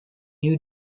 you